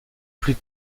plus